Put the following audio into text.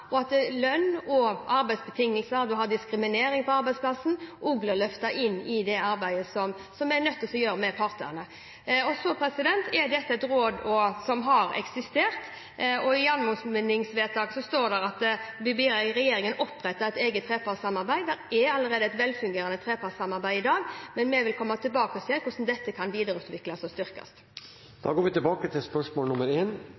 og at lønn og arbeidsbetingelser, man har f.eks. diskriminering på arbeidsplassen, også blir løftet inn i arbeidet med partene. Så dette er et råd som har eksistert. I anmodningsvedtaket står det at Stortinget ber regjeringen opprette et eget trepartssamarbeid. Det er allerede et velfungerende trepartssamarbeid i dag, men vi vil komme tilbake til hvordan dette kan videreutvikles og styrkes.